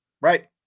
Right